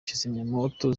kizimyamoto